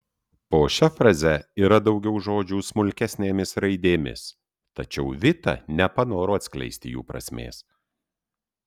po šia fraze yra daugiau žodžių smulkesnėmis raidėmis tačiau vita nepanoro atskleisti jų prasmės